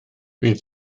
fydd